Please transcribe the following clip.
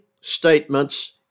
statements